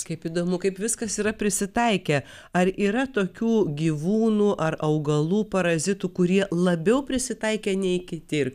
kaip įdomu kaip viskas yra prisitaikę ar yra tokių gyvūnų ar augalų parazitų kurie labiau prisitaikę nei kiti ir